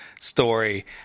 Story